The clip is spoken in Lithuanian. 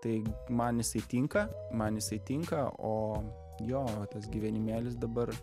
tai man jisai tinka man jisai tinka o jo tas gyvenimėlis dabar